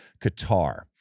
Qatar